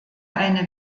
eine